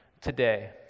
today